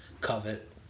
covet